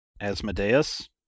Asmodeus